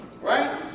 right